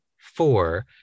four